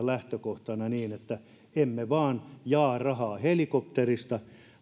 lähtökohtana että emme vain jaa rahaa helikopterista